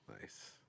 nice